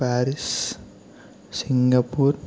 Paris Singapore